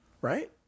Right